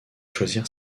choisir